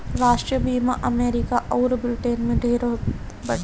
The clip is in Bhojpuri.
राष्ट्रीय बीमा अमरीका अउर ब्रिटेन में ढेर होत बाटे